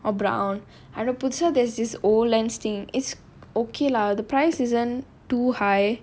or brown and I know புதுசா:pudhusaa there's this old lens thing it's ok lah the price isn't too high